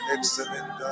Excellent